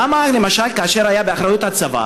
למה, למשל, כאשר היה באחריות הצבא